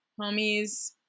homies